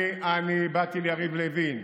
באתי ליריב לוין,